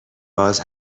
باز